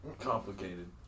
complicated